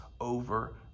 over